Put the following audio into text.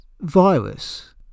virus